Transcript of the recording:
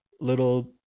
Little